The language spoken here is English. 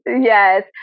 yes